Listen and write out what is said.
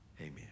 Amen